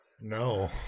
No